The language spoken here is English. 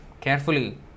carefully